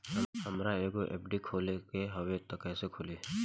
हमरा एगो एफ.डी खोले के हवे त कैसे खुली?